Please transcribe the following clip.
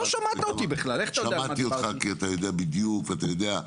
לא שמעת אותי בכלל, איך אתה יודע על